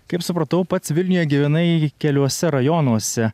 kaip supratau pats vilniuje gyvenai keliuose rajonuose